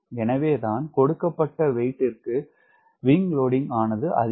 எனவே தான் கொடுக்கப்பட்ட W விற்கு WS ஆனது அதிகம்